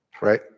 Right